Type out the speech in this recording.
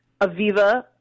Aviva